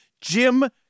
Jim